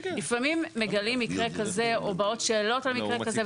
לפעמים מגלים מקרה כזה או באות שאלות על מקרה כזה,